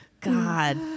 God